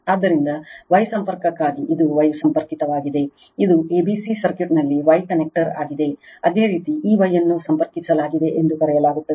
ಆದ್ದರಿಂದ Y ಸಂಪರ್ಕಕ್ಕಾಗಿ ಇದು Y ಸಂಪರ್ಕಿತವಾಗಿದೆ ಇದು a b c ಸರ್ಕ್ಯೂಟ್ನಲ್ಲಿ Y ಕನೆಕ್ಟರ್ ಆಗಿದೆ ಅದೇ ರೀತಿ ಈ Y ಅನ್ನು ಸಂಪರ್ಕಿಸಲಾಗಿದೆ ಎಂದು ಕರೆಯಲಾಗುತ್ತದೆ